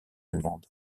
allemande